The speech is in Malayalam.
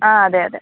ആ അതെ അതെ